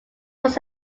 was